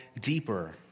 deeper